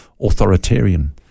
authoritarian